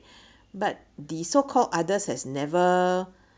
but the so called others has never